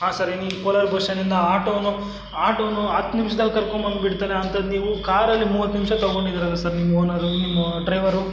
ಹಾಂ sir Kolar bus ಸ್ಟ್ಯಾಂಡಿಂದ ಆಟೋನು ಆಟೋನು ಹತ್ತು ನಿಮ್ಷ್ದಲ್ಲಿ ಕರ್ಕೊಂಡ್ಬಂದು ಬಿಡ್ತಾನೆ ಅಂಥದು ನೀವು ಕಾರಲ್ಲಿ ಮೂವತ್ತು ನಿಮಿಷ ತೊಗೊಂಡಿದ್ದೀರಲ್ಲ ಸರ್ ನಿಮ್ಮ ಓನರು ನಿಮ್ಮ ಡ್ರೈವರು